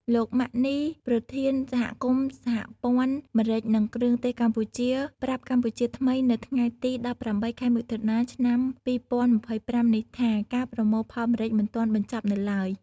លោក ម៉ាក់ នី ប្រធានសមាគមសហព័ន្ធម្រេច និងគ្រឿងទេសកម្ពុជា ប្រាប់កម្ពុជាថ្មីនៅថ្ងៃទី ១៨ ខែមិថុនា ឆ្នាំ ២០២៥នេះថា ការប្រមូលផលម្រេចមិនទាន់បញ្ចប់នៅឡើយ។